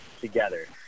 together